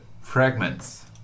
Fragments